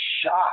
shocked